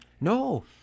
No